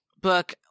book